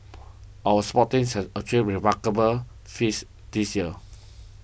our sports teams has achieved remarkable feats this year